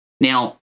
Now